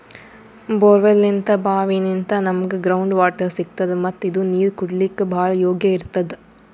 ಬೋರ್ವೆಲ್ನಿಂತ್ ಭಾವಿನಿಂತ್ ನಮ್ಗ್ ground water ಸಿಗ್ತದ ಮತ್ತ್ ಇದು ನೀರ್ ಕುಡ್ಲಿಕ್ಕ್ ಭಾಳ್ ಯೋಗ್ಯ್ ಇರ್ತದ್